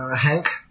Hank